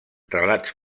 relats